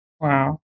Wow